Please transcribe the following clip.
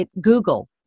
Google